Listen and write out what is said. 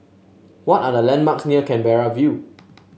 what are the landmarks near Canberra View